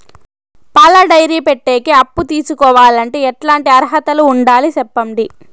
పాల డైరీ పెట్టేకి అప్పు తీసుకోవాలంటే ఎట్లాంటి అర్హతలు ఉండాలి సెప్పండి?